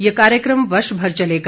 ये कार्यक्रम वर्ष भर चलेगा